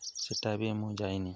ସେଟା ବି ମୁଁ ଯାଇନି